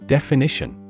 Definition